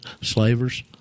slavers